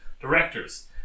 directors